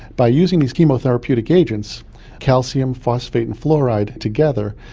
by using these chemotherapeutic agents calcium, phosphate and fluoride together,